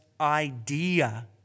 idea